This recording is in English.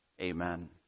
Amen